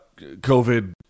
COVID